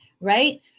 right